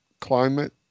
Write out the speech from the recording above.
climate